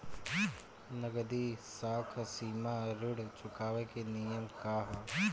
नगदी साख सीमा ऋण चुकावे के नियम का ह?